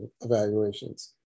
evaluations